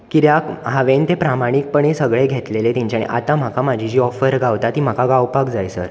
कित्याक हांवें ते प्रामाणीकपणे सगळे घेतलेलें तेंचे आनी आतां म्हाका म्हाजी जी ऑफर गावता ती म्हाका गावपाक जाय सर